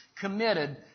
committed